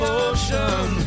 ocean